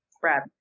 Brad